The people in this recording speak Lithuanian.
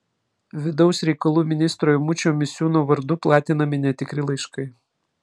vidaus reikalų ministro eimučio misiūno vardu platinami netikri laiškai